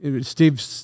Steve